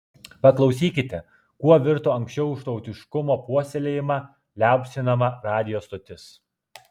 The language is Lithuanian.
paklausykite kuo virto anksčiau už tautiškumo puoselėjimą liaupsinama radijo stotis